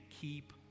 keep